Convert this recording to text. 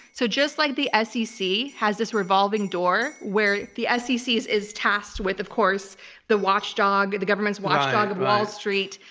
so just like the s. e. c. has this revolving door where the s. e. c. is is tasked with of course the watchdog, the government's watchdog of wall street,